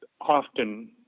often